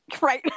Right